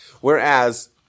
Whereas